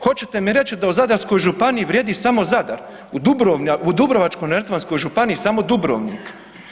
Hoćete mi reći da u Zadarskoj županiji vrijedi samo Zadar, u Dubrovačko-neretvanskoj županiji samo Dubrovnik?